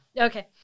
Okay